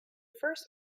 first